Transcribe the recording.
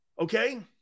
Okay